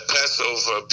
Passover